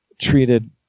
treated